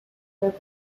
that